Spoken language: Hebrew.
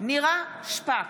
נירה שפק,